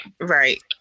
Right